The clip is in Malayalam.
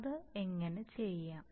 അത് എങ്ങനെ ചെയ്യാം